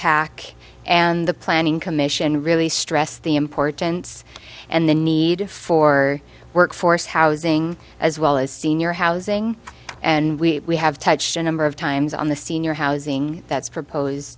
deepak and the planning commission really stressed the importance and the need for workforce housing as well as senior housing and we have touched a number of times on the senior housing that's proposed